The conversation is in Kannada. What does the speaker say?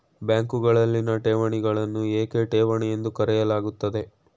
ಬ್ಯಾಂಕುಗಳಲ್ಲಿನ ಠೇವಣಿಗಳನ್ನು ಏಕೆ ಠೇವಣಿ ಎಂದು ಕರೆಯಲಾಗುತ್ತದೆ?